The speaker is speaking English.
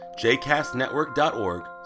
jcastnetwork.org